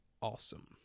awesome